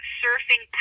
surfing